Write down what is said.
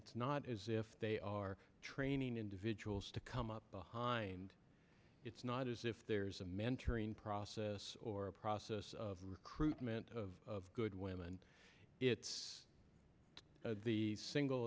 it's not as if they are training individuals to come up behind it's not as if there's a mentoring process or a process of recruitment of good women it's the single